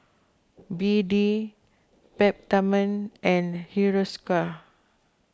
B D Peptamen and Hiruscar